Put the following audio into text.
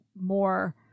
more